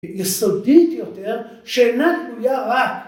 יסודית יותר, שאינה תלויה רק